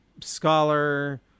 scholar